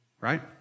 Right